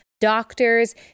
doctors